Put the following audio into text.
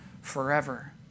forever